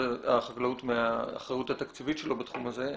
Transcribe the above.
החקלאות מהאחריות התקציבית שלו בתחום הזה,